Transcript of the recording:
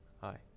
Hi